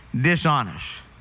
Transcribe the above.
dishonest